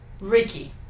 Ricky